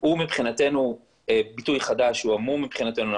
הוא מבחינתנו ביטוי חדש, הוא עמום מבחינתנו.